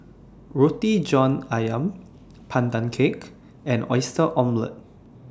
Roti John Ayam Pandan Cake and Oyster Omelette